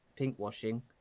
pinkwashing